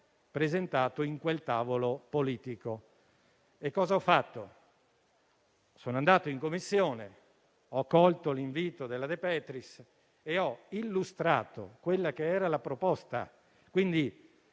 presentato in quel tavolo politico. Io, allora, sono andato in Commissione, ho colto l'invito della senatrice De Petris e ho illustrato quella che era la proposta. Quindi,